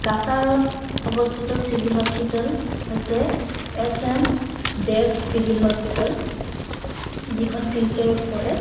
কাছাৰত অৱস্থিত civil hospital হৈছে S M Dev civil hospital যিখন শিলচৰত পৰে